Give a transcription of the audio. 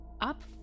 up